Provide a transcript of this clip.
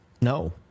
no